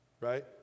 right